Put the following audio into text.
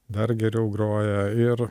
dar geriau groja ir